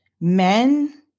Men